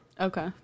Okay